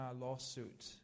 lawsuit